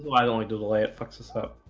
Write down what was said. i only do the way it fucks us up.